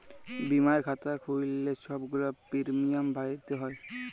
বীমার খাতা খ্যুইল্লে ছব গুলা পিরমিয়াম ভ্যইরতে হ্যয়